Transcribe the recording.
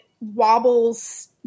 wobbles